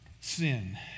sin